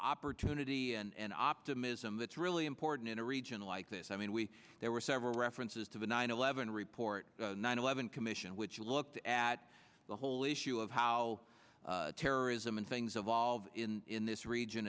opportunity and optimism that's really important in a region like this i mean we there were several references to the nine eleven report nine eleven commission which looked at the whole issue of how terrorism and things evolve in this region